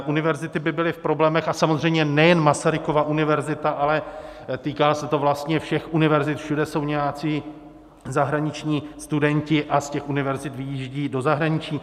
Univerzity by byly v problémech, a samozřejmě nejen Masarykova univerzita, ale týká se to vlastně všech univerzit, všude jsou nějací zahraniční studenti a z těch univerzit vyjíždějí do zahraničí.